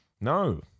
No